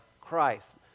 Christ